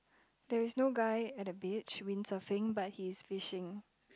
there is no guy at the beach windsurfing but he is fishing